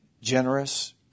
generous